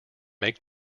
make